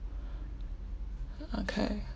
okay